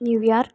New York